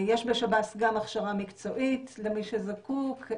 יש בשב"ס גם הכשרה מקצועית למי שזקוק.